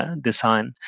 design